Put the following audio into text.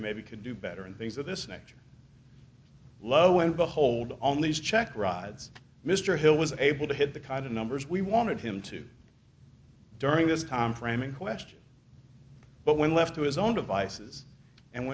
that maybe could do better and things of this nature lo and behold on these check rides mr hill was able to hit the kind of numbers we wanted him to during this time frame in question but when left to his own devices and